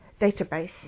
database